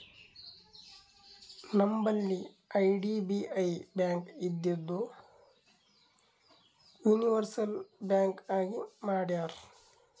ನಂಬಲ್ಲಿ IDBI bank ಇದ್ದಿದು universal bank ಆಗಿ ಮಾಡ್ಯಾರ್